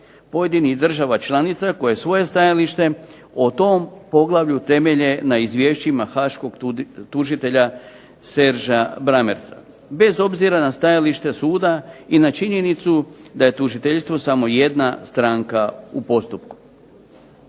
pojedinih država članica koje svoje stajalište o tom poglavlju temelje na izvješću haškog tužitelja Sergea Brammertza. Bez obzira na stajalište suda i na činjenicu da je tužiteljstvo samo jedna stranka u postupku.